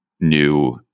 new